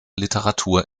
literatur